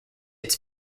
its